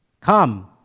come